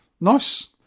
Nice